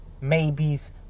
maybes